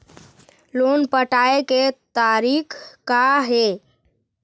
Loan पटाए के तारीख़ का हे?